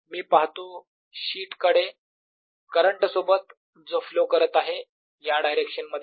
मी पाहतो शीट कडे करंट सोबत जो फ्लो करत आहे या डायरेक्शन मध्ये